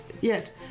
Yes